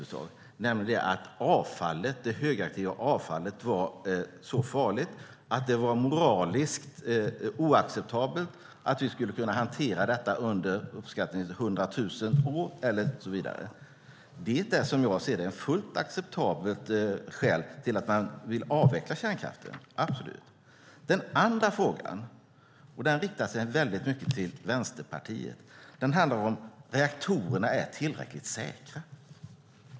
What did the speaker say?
Då gällde det att det högaktiva avfallet var så farligt att det var moraliskt oacceptabelt att vi skulle kunna hantera det under uppskattningsvis 100 000 år, och så vidare. Det är ett som jag ser det fullt acceptabelt skäl till att man vill avveckla kärnkraften, absolut. Den andra frågan, och den riktar sig mycket till Vänsterpartiet, handlar om ifall reaktorerna är tillräckligt säkra.